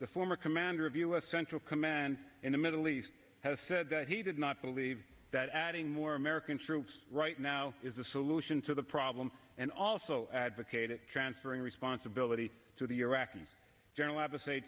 the former commander of u s central command in the middle east has said that he did not believe that adding more american troops right now is a solution to the problem and also advocated transferring responsibility to the iraqi general